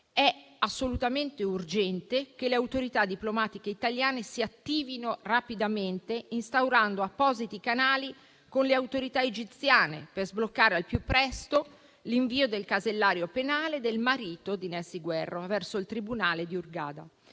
di assoluta urgenza che le autorità diplomatiche italiane si attivino rapidamente instaurando appositi canali con le autorità egiziane per sbloccare al più presto l'invio del casellario penale del marito di Nessy Guerra verso il tribunale di Hurghada,